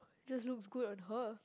it just looks good on her